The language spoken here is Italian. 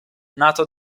nato